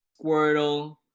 Squirtle